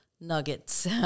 nuggets